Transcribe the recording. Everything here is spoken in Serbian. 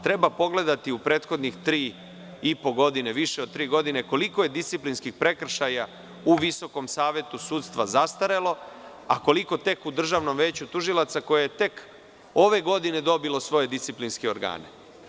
Treba pogledati u prethodne tri i po godine koji je disciplinskih prekršaja u Visokom savetu sudstva zastarelo a koliko tek u Državnom veću tužilaca, koje je tek ove godine dobilo svoje disciplinske organe.